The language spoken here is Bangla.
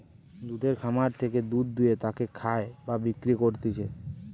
দুধের খামার থেকে দুধ দুয়ে তাকে খায় বা বিক্রি করতিছে